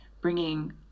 bringing